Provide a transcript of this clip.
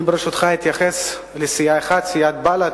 ברשותך, אתייחס לסיעה אחת, סיעת בל"ד,